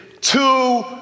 two